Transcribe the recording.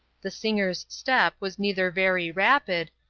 the singer's step was neither very rapid,